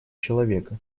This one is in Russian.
человека